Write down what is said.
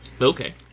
Okay